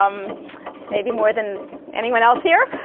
um maybe more than anyone else here.